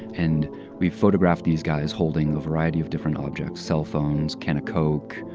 and we photographed these guys holding a variety of different objects cellphones, can of coke,